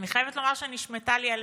ואני חייבת לומר שנשמטה לי הלסת,